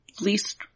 least